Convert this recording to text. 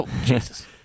Jesus